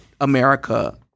America